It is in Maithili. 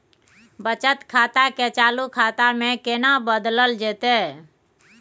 बचत खाता के चालू खाता में केना बदलल जेतै?